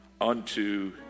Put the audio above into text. unto